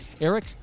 Eric